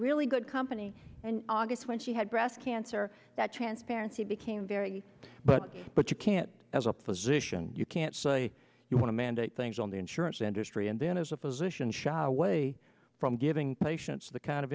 really good company and august when she had breast cancer that transparency became very but but you can't as a physician you can't say you want to mandate things on the insurance industry and then as a physician shy away from giving patients the kind of